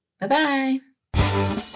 Bye-bye